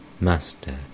Master